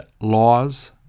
laws